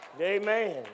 Amen